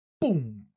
boom